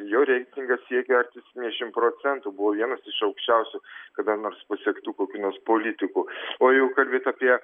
jo reitingas siekė arti septyniasdešim procentų buvo vienas iš aukščiausių kada nors pasiektų kokių nors politikų o jau kalbėt apie